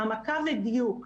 העמקה ובדיוק,